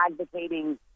advocating